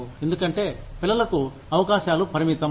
ఎందుకంటే పిల్లలకు అవకాశాలు పరిమితం